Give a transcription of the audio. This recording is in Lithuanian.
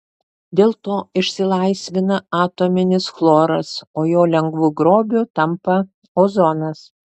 dėl to išsilaisvina atominis chloras o jo lengvu grobiu tampa ozonas